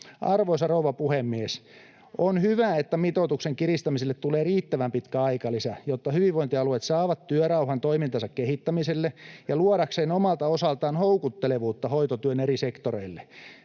Arvoisa rouva puhemies! On hyvä, että mitoituksen kiristämiselle tulee riittävän pitkä aikalisä, jotta hyvinvointialueet saavat työrauhan toimintansa kehittämiselle ja luodakseen omalta osaltaan houkuttelevuutta hoitotyön eri sektoreille.